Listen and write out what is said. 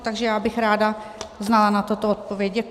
Takže já bych ráda znala na toto odpověď.